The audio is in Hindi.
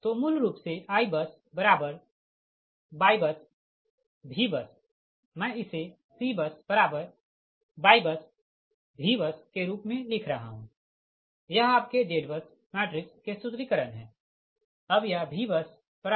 तो मूल रूप से IBUSYBUSVBUS मै इसे CBUSYBUSVBUS के रूप मे लिख रहा हूँ यह आपके ZBUS मैट्रिक्स के सूत्रीकरण है अब यह VBUSYBUS 1CBUS